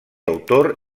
autor